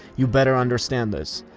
you better understand this.